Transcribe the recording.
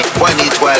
2012